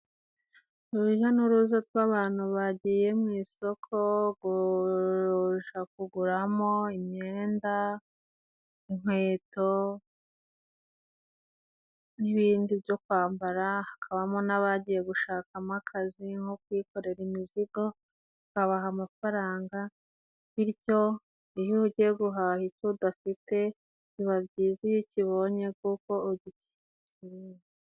Urujya n'uruza rw'abantu bagiye mu isoko kuguramo imyenda inkweto n'ibindi byo kwambara. Hakabamo n'abagiye gushakamo akazi, nko kwikorera imizigo ukabaha amafaranga. Bityo iyo ugiye guhaha ibyo udafite biba byiza iyo ukibonye kuko ...